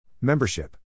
Membership